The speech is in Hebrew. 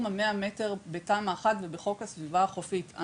ה-100 מטר בתמ"א 1 ובחוק הסביבה החופית.